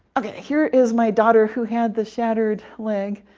okay, here is my daughter who had the shattered leg,